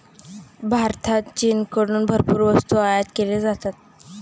भारतात चीनकडून भरपूर वस्तू आयात केल्या जातात